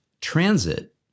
transit